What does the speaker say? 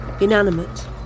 inanimate